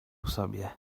sobie